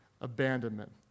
abandonment